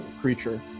creature